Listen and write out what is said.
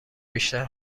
بیشتر